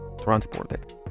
transported